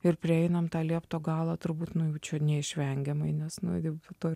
ir prieinam tą liepto galą turbūt nu jau čia neišvengiamai nes nu kaip to